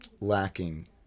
lacking